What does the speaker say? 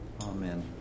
amen